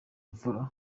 mvura